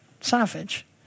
savage